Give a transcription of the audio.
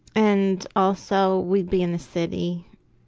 and also we'd be in the city,